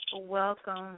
Welcome